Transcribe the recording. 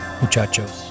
muchachos